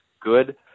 good